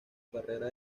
carrera